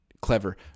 clever